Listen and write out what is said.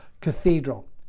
cathedral